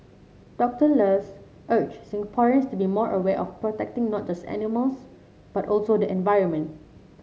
Doctor Luz urged Singaporeans to be more aware of protecting not just animals but also the environment